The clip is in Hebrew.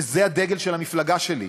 וזה הדגל של המפלגה שלי.